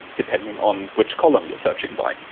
depending on which column you're searching by,